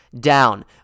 down